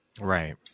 Right